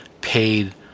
paid